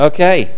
Okay